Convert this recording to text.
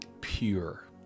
pure